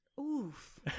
Oof